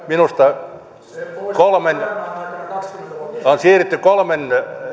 minusta siirrytty todella kolmen